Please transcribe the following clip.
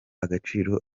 agaciro